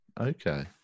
Okay